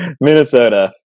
Minnesota